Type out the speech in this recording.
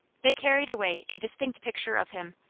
they carried away a distinct picture of him,